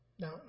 Now